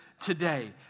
today